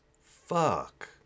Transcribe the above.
Fuck